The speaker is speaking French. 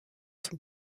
sont